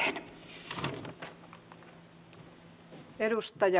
arvoisa rouva puhemies